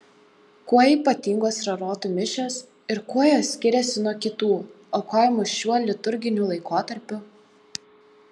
kuo ypatingos rarotų mišios ir kuo jos skiriasi nuo kitų aukojamų šiuo liturginiu laikotarpiu